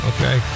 Okay